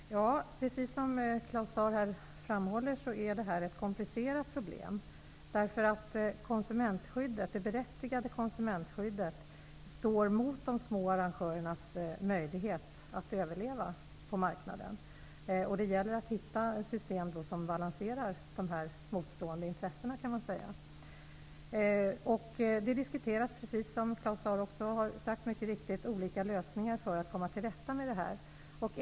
Fru talman! Precis som Claus Zaar framhåller är detta ett komplicerat problem därför att det berättigade konsumentskyddet står mot de små arrangörernas möjlighet att överleva på marknaden. Det gäller då att hitta ett system som balanserar dessa motstående intressen. Som Claus Zaar mycket riktigt sade diskuteras olika lösningar för att komma till rätta med detta.